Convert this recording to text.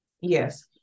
Yes